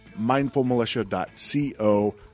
mindfulmilitia.co